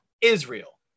Israel